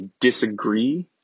disagree